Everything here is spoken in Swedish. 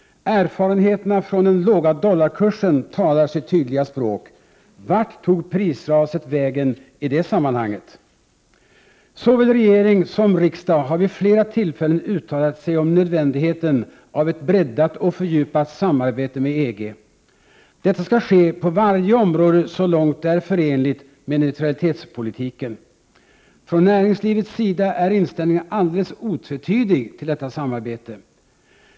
Erfarenheterna från den låga dollarkursen talar sitt tydliga språk. Vart tog prisraset vägen i det sammanhanget? Såväl regering som riksdag har vid flera tillfällen uttalat sig om nödvändigheten av ett breddat och fördjupat samarbete med EG. Detta skall ske på varje område så långt det är förenligt med neutralitetspolitiken. Från näringslivets sida är inställningen alldeles otvetydig till detta samarbete.